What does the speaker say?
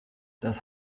das